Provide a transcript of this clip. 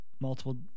multiple